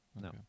no